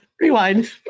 Rewind